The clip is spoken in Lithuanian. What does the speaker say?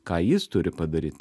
ką jis turi padaryt